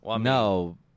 No